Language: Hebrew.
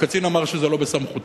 הקצין אמר שזה לא בסמכותו.